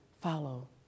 follow